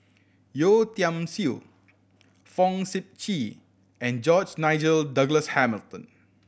Yeo Tiam Siew Fong Sip Chee and George Nigel Douglas Hamilton